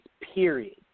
Period